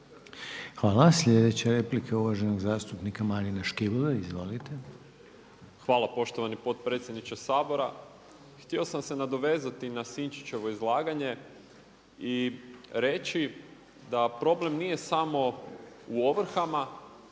Hvala. Sljedeća replika je uvaženog zastupnika Marina Škibole. Izvolite. **Škibola, Marin (Živi zid)** Hvala poštovani potpredsjedniče Sabora. Htio sam se nadovezati na Sinčićevo izlaganje i reći da problem nije samo u ovrhama,